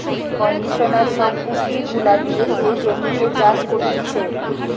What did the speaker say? conditioner সব পুষ্টি গুলা দিয়ে যে জমিতে চাষ করতিছে